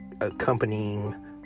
accompanying